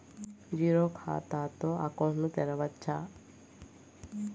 Zero ఖాతా తో account ను తెరవచ్చా?